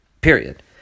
period